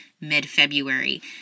mid-February